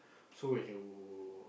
so when you